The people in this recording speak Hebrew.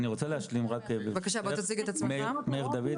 מאיר דוד,